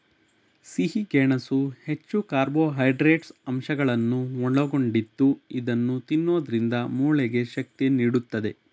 ಸಿಹಿ ಗೆಣಸು ಹೆಚ್ಚು ಕಾರ್ಬೋಹೈಡ್ರೇಟ್ಸ್ ಅಂಶಗಳನ್ನು ಒಳಗೊಂಡಿದ್ದು ಇದನ್ನು ತಿನ್ನೋದ್ರಿಂದ ಮೂಳೆಗೆ ಶಕ್ತಿ ನೀಡುತ್ತದೆ